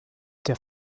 der